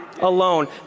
alone